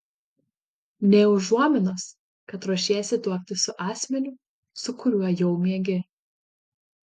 nė užuominos kad ruošiesi tuoktis su asmeniu su kuriuo jau miegi